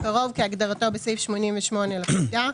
"קרוב" כהגדרתו בסעיף 88 לפקודה,